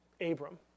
Abram